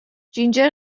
جینجر